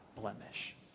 blemish